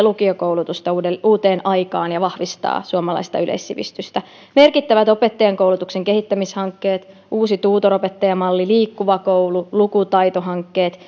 lukiokoulutusta uuteen uuteen aikaan ja vahvistaa suomalaista yleissivistystä merkittävät opettajankoulutuksen kehittämishankkeet uusi tutoropettajamalli liikkuva koulu lukutaitohankkeet